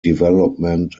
development